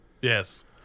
yes